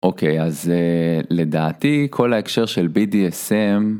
אוקיי, אז לדעתי כל ההקשר של bdsm